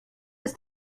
ist